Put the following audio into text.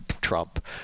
Trump